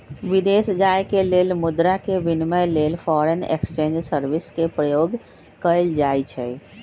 विदेश जाय के लेल मुद्रा के विनिमय लेल फॉरेन एक्सचेंज सर्विस के प्रयोग कएल जाइ छइ